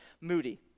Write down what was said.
moody